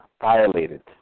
violated